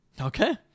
Okay